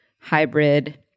hybrid